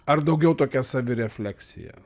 ar daugiau tokia savirefleksija